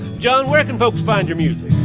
john, where can folks find your music?